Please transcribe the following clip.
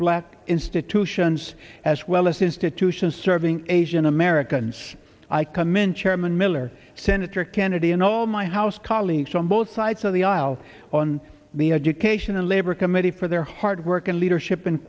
black institutions as well as institutions serving asian americans i commend chairman miller senator kennedy and all my house colleagues on both sides of the aisle on me education and labor committee for their hard work and leadership